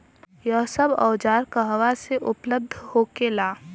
यह सब औजार कहवा से उपलब्ध होखेला?